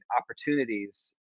opportunities